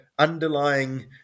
Underlying